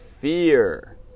fear